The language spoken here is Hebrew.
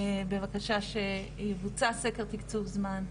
בבקשה שיבוצע סקר תקצוב זמן,